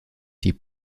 die